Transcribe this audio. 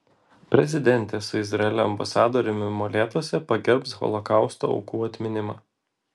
prezidentė su izraelio ambasadoriumi molėtuose pagerbs holokausto aukų atminimą